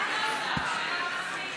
על מה מצביעים?